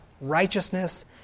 righteousness